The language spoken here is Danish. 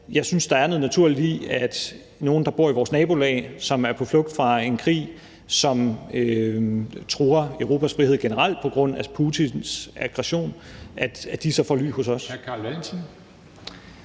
Jeg synes, der er noget naturligt i, at nogle, der bor i vores nabolag, og som er på flugt fra en krig, som truer Europas frihed generelt på grund af Putins aggression, så får ly hos os.